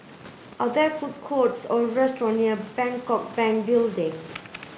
are there food courts or restaurant near Bangkok Bank Building